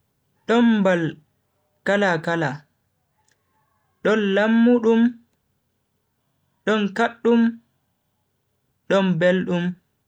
Don mbal kala-kala, don lammudum, don kaddum, don beldum.